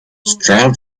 stroud